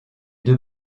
deux